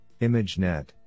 ImageNet